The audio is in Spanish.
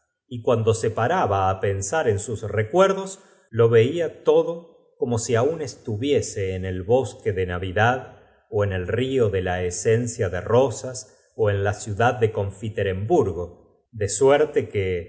y cuando se paraba á pensar en sus recuerd os lo veía todo como si aún estuviese en el bosque de na maria desvanecida cayó al suelo desde vidad ó en el rio de la esencia de rosas la silla donde estaba sentada ó en la ciudad de confite remburgo de cuando volvió en si maria se oncoo ló suerte que